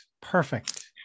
perfect